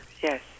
yes